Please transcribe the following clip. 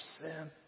sin